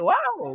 Wow